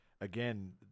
again